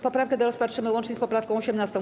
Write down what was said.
Poprawkę tę rozpatrzymy łącznie z poprawką 18.